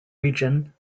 region